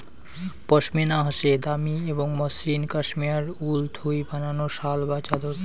পশমিনা হসে দামি এবং মসৃণ কাশ্মেয়ার উল থুই বানানো শাল বা চাদর